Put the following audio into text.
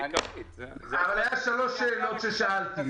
אבל היו שלוש שאלות ששאלתי.